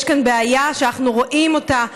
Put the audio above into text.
יש כאן בעיה שאנחנו רואים אותה ביום-יום,